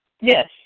Yes